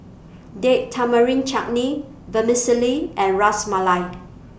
Date Tamarind Chutney Vermicelli and Ras Malai